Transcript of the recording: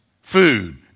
food